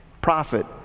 prophet